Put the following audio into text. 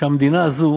שהמדינה הזו